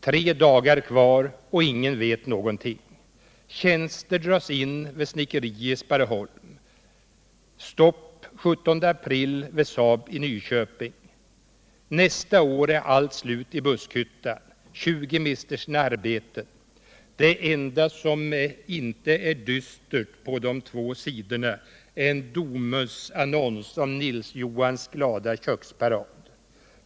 Tre dagar kvar och ingen vet någonting.” — ”Tjänster dras in vid snickeri i Sparreholm.” — ”Stopp 17 april vid Saab i Nyköping.” —” Nästa år är allt slut i Buskhyttan — 20 mister sina arbeten”. Det enda som inte är dystert på de två sidorna är en Domusannons om Nilsjohans glada köksparad.